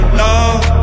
love